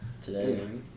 Today